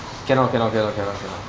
cannot cannot cannot cannot cannot